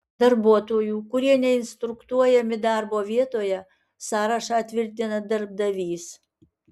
darbuotojų kurie neinstruktuojami darbo vietoje sąrašą tvirtina darbdavys